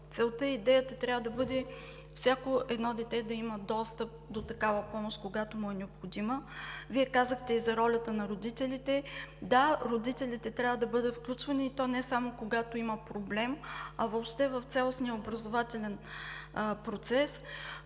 целта, идеята трябва да бъде всяко дете да има достъп до такава помощ, когато му е необходима. Вие казахте и за ролята на родителите. Да, родителите трябва да бъдат включвани, и то не само когато има проблем, а въобще в цялостния образователен процес.